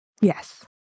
Yes